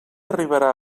arribarà